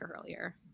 earlier